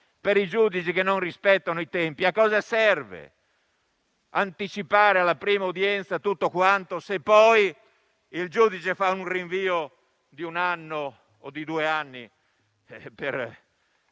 per i giudici che non rispettano i tempi. A cosa serve anticipare alla prima udienza tutto quanto, se poi il giudice fa un rinvio di un anno o due? Del